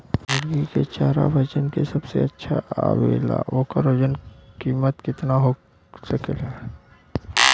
मुर्गी के चारा जवन की सबसे अच्छा आवेला ओकर कीमत केतना हो सकेला?